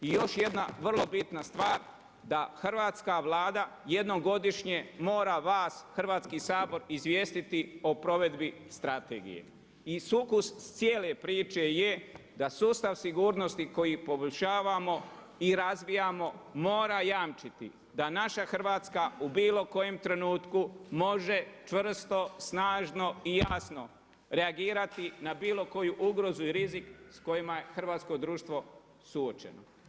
I još jedna vrlo bitna stvar, da Hrvatska Vlada, jednom godišnje mora vas, Hrvatski sabor, izvijestiti o provedbi strategije, i sukus cijele priče je da sustav sigurnosti koji poboljšavamo i razbijamo, mora jamčiti da naša Hrvatska u bilo kojem trenutku, može čvrsto, snažno i jasno reagirati na bilo koju ugrozu i rizik s kojima je hrvatsko društvo suočeno.